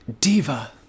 Diva